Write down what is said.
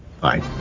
bye